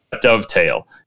Dovetail